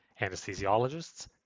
anesthesiologists